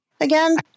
again